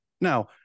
Now